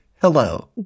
Hello